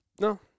No